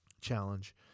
challenge